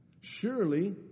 Surely